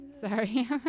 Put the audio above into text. Sorry